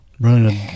Running